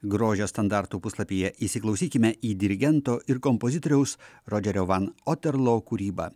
grožio standartų puslapyje įsiklausykime į dirigento ir kompozitoriaus rodžerio van oterlo kūryba